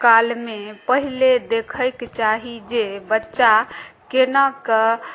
कालमे पहिले देखयके चाही जे बच्चा केनाकऽ